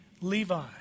Levi